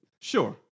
Sure